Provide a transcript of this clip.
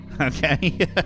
Okay